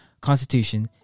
constitution